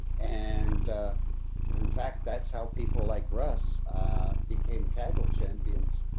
and in fact, that's how people like russ became kaggle champions.